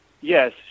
Yes